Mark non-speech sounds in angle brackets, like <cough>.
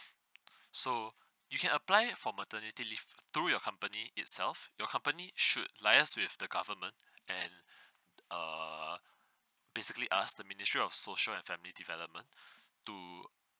so you can apply it for maternity leave through your company itself your company should liaise with the government and err basically ask the ministry of social and family development <breath> to